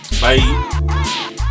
Bye